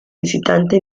visitante